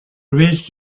reach